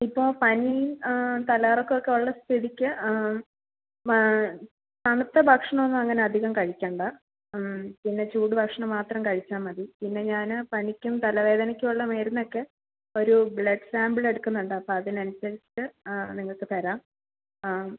ഇപ്പോൾ പനി തലകറക്കം ഒക്കെയുള്ള സ്ഥിതിക്ക് തണുത്ത ഭക്ഷണം ഒന്നും അങ്ങനെ അധികം കഴിക്കണ്ട പിന്നെ ചൂട് ഭക്ഷണം മാത്രം കഴിച്ചാൽ മതി പിന്നെ ഞാൻ പനിക്കും തലവേദനക്കും ഉള്ള മരുന്നൊക്കെ ഒരു ബ്ലഡ് സാമ്പിൾ എടുക്കുന്നുണ്ട് അപ്പം അതിന് അനുസരിച്ച് നിങ്ങൾക്ക് തരാം ആ